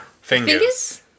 Fingers